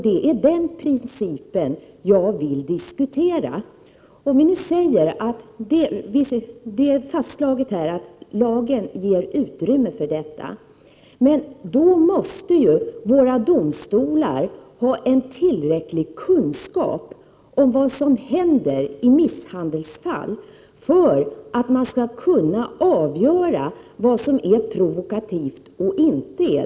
Det är den principen jag vill diskutera. Det är fastslaget att lagen ger utrymme för en sådan tolkning. I så fall måste ju våra domstolar ha tillräcklig kunskap om vad som händer i misshandelsfall för att de skall kunna avgöra vad som är provokativt och inte.